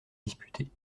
disputées